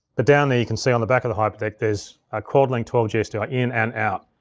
but down there, you can see on the back of the hyperdeck, there's a quad link twelve g sdi in and out.